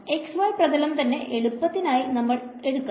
x y പ്രഥലം തന്നെ എളുപ്പത്തിനായി നമുക്ക് എടുക്കാം